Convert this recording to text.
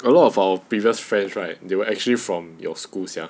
a lot of our previous friends right they were actually from your school sia